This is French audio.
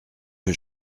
que